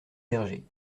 berger